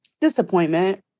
Disappointment